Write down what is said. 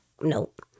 nope